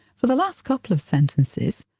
for the last couple of sentences,